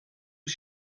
was